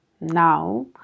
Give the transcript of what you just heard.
now